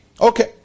Okay